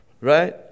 right